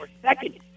second